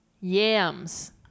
Yams